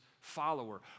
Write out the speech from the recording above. follower